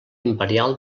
imperial